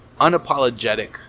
unapologetic